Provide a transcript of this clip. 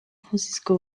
francisco